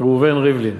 ראובן ריבלין,